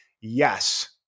Yes